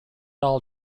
all